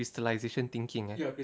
crystallisation thinking eh